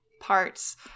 parts